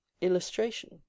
illustration